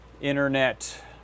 internet